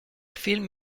film